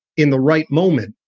in the right moment,